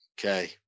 Okay